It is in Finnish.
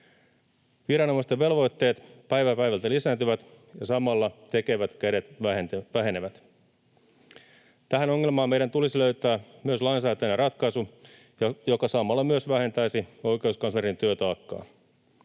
Viranomaisten velvoitteet päivä päivältä lisääntyvät ja samalla tekevät kädet vähenevät. Tähän ongelmaan meidän tulisi löytää myös lainsäätäjinä ratkaisu, joka samalla myös vähentäisi oikeuskanslerin työtaakkaa.